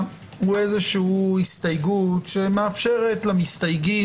אנחנו נמצאים בדיון של הנמקת הסתייגויות והצבעות על הצעת חוק-יסוד: